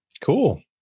Cool